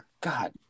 God